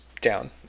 down